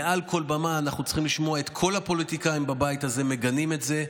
מעל כל במה אנחנו צריכים לשמוע את כל הפוליטיקאים בבית הזה מגנים את זה.